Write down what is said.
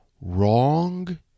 wrong